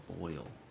oil